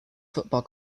football